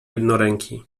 jednoręki